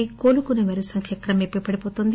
దీంతో కోలుకునేవారి సంఖ్య క్రమేపీ పడిపోతోంది